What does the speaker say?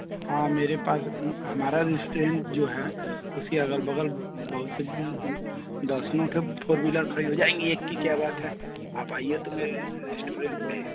हाँ मेरे पास हमारा स्टेन जो है उसके अग़ल बग़ल बहुत सी दसियों ठो फोर वीलर खड़ी हो जाएँगी एक की क्या बात है आप आइए तो मेरे रेस्टोरेंट में